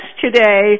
today